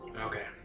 Okay